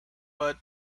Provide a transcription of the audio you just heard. but